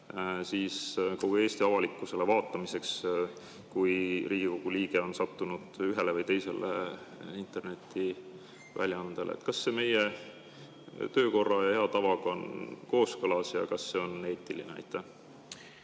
üles kogu Eesti avalikkusele vaatamiseks, kui Riigikogu liige on sattunud ühele või teisele internetiväljaandele? Kas see on meie töökorra ja hea tavaga kooskõlas ja kas see on eetiline?